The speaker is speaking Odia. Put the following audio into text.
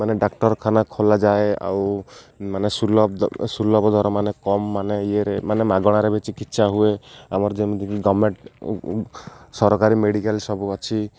ମାନେ ଡାକ୍ଟରଖାନା ଖୋଲାଯାଏ ଆଉ ମାନେ ସୁଲଭ ସୁଲଭ ଦର ମାନେ କମ୍ ମାନେ ଇଏରେ ମାନେ ମାଗଣାରେ ବି ଚିକିତ୍ସା ହୁଏ ଆମର ଯେମିତିକି ଗଭର୍ଣ୍ଣମେଣ୍ଟ ସରକାରୀ ମେଡ଼ିକାଲ୍ ସବୁ ଅଛି